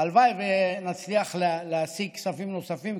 הלוואי שנצליח להשיג כספים נוספים,